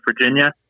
Virginia